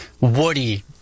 Woody